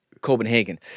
Copenhagen